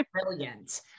brilliant